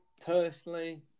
personally